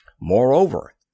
Moreover